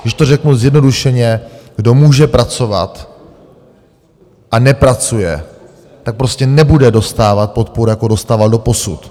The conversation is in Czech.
Když to řeknu zjednodušeně, kdo může pracovat a nepracuje, tak prostě nebude dostávat podporu jako dostával doposud.